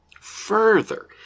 Further